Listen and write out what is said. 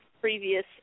previous